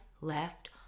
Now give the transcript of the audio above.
left